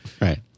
Right